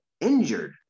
injured